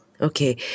Okay